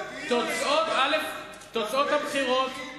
תוצאות הבחירות,